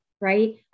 right